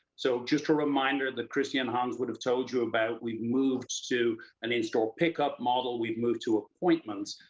so just a reminder that christy and hans would have told you about, we moved to and in-store pick-up model, we moved to appointments.